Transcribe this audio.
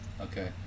Okay